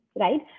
right